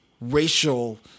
racial